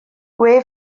gwe